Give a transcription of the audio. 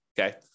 Okay